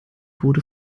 wurde